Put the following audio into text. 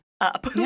up